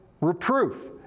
reproof